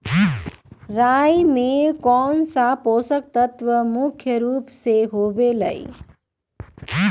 राई में कौन सा पौषक तत्व मुख्य रुप से होबा हई?